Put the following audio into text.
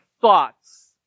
thoughts